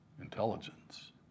intelligence